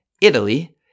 Italy